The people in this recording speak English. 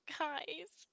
guys